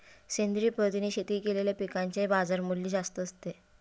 सेंद्रिय पद्धतीने शेती केलेल्या पिकांचे बाजारमूल्य जास्त असते